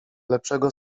lepszego